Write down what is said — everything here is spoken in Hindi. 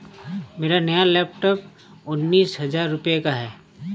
मेरा नया लैपटॉप उन्नीस हजार रूपए का है